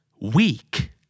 Weak